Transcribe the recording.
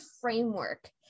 framework